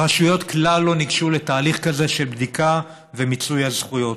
הרשויות כלל לא ניגשו לתהליך כזה של בדיקה ומיצוי הזכויות.